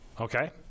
Okay